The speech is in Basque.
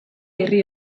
herri